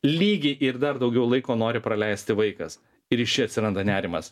lygiai ir dar daugiau laiko nori praleisti vaikas ir iš čia atsiranda nerimas